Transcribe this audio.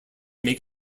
make